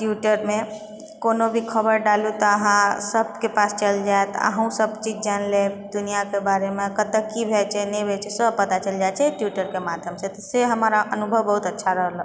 ट्विटरमे कोनो भी खबर डालू तऽ अहाँ सबके पास चलि जैत अहूँ सब चीज जानि लेब दुनिआके बारेमे कतऽ की होइ छै नहि होइ छै सब पता चलि जाइ छै ट्विटरके माध्यमसँ से हमर अनुभव बहुत अच्छा रहलै